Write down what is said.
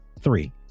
three